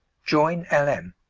join l m.